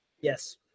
Yes